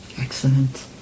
Excellent